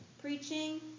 preaching